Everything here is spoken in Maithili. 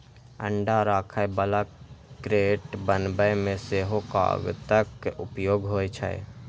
अंडा राखै बला क्रेट बनबै मे सेहो कागतक उपयोग होइ छै